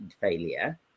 failure